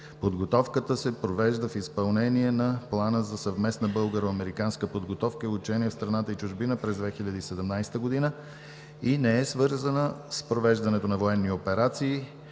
Подготовката се провежда в изпълнение на Плана за съвместна българо-американска подготовка и учение в страната и чужбина през 2017 г. и не е свързана с провеждането на военни операции,